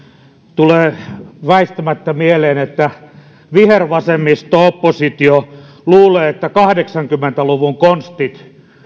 tulee väistämättä mieleen että vihervasemmisto oppositio luulee että kahdeksankymmentä luvun konstit